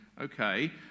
Okay